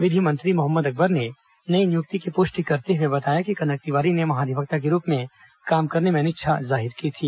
विधि मंत्री मोहम्मद अकबर ने नई नियुक्ति की पुष्टि करते हुए बताया कि कनक तिवारी ने महाधिवक्ता के रूप में काम करने में अनिच्छा जाहिर की थी